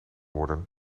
worden